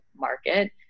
market